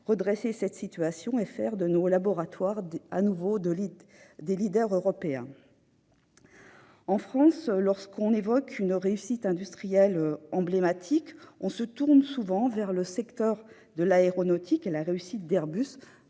redresser cette situation et faire de nos laboratoires, de nouveau, des leaders européens ? En France, lorsque l'on évoque une réussite industrielle emblématique de l'Europe, on se tourne souvent vers le secteur aéronautique et la réussite d'Airbus